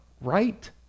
right